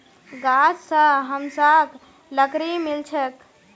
गाछ स हमसाक लकड़ी मिल छेक